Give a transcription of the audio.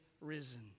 risen